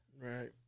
Right